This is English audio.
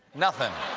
nothin'.